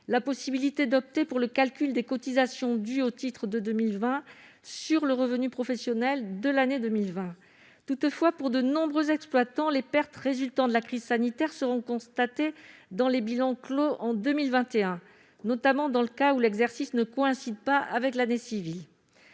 la possibilité d'opter pour le calcul des cotisations dues au titre de 2020 sur le revenu professionnel de l'année 2020. Toutefois, pour de nombreux exploitants, les pertes résultant de la crise sanitaire seront constatées dans les bilans clos en 2021, notamment dans le cas où l'exercice ne coïncide pas avec l'année civile.